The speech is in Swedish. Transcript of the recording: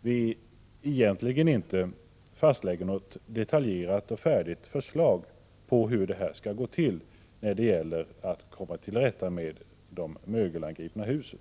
vi egentligen inte fastlägger någon detaljerad och färdig metod för hur man skall komma till rätta med de mögelangripna husen.